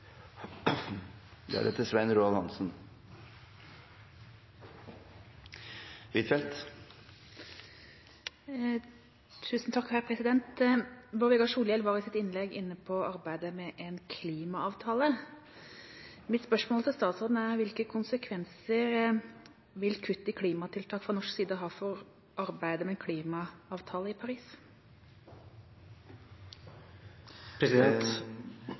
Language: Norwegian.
Bård Vegar Solhjell var i sitt innlegg inne på arbeidet med en klimaavtale. Mitt spørsmål til statsråden er: Hvilke konsekvenser vil kutt i klimatiltak fra norsk side ha for arbeidet med klimaavtale i